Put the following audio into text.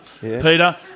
Peter